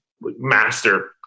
master